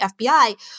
FBI